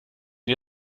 und